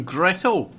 Gretel